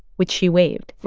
which she waved.